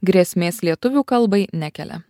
grėsmės lietuvių kalbai nekelia